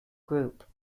group